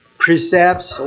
precepts